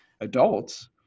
adults